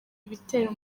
ibitero